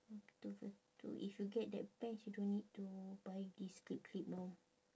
if you get that pants you don't need to buy this clip clip orh